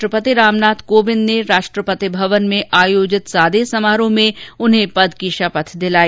राष्ट्रपति रामनाथ कोविंद ने राष्ट्रपति भवन में आयोजित सादे समारोह में उन्हें पद की शपथ दिलाई